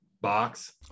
box